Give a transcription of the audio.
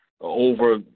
over